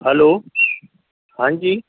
hello ہاں جی